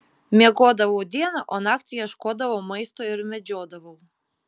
miegodavau dieną o naktį ieškodavau maisto ir medžiodavau